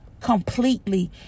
completely